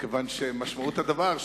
כיוון שמשמעות הדבר,